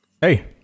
Hey